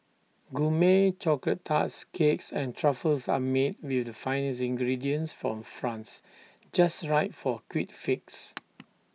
Gourmet Chocolate Tarts Cakes and truffles are made with the finest ingredients from France just right for A quick fix